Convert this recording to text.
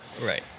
Right